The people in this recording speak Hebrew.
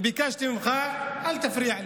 וביקשתי ממך: אל תפריע לי.